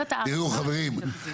תראו חברים,